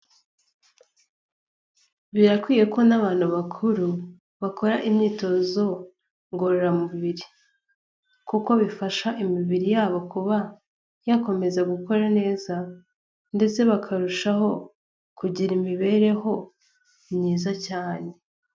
Birakwiye ko n'abantu bakuru bakora imyitozo ngororamubiri, kuko bifasha imibiri yabo kuba yakomeza gukora neza, ndetse bakarushaho kugira imibereho myiza cyane.